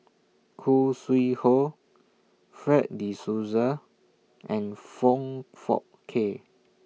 Khoo Sui Hoe Fred De Souza and Foong Fook Kay